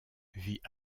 vit